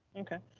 okay,